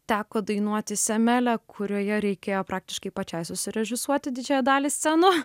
teko dainuoti semele kurioje reikėjo praktiškai pačiai susirežisuoti didžiąją dalį scenų